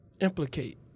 implicate